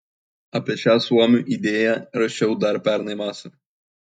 apie šią suomių idėją rašiau dar pernai vasarą